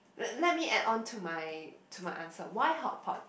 let let me add on to my to my answer why hotpot